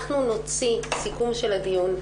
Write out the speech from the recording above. אנחנו נוציא סיכום של הדיון,